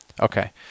Okay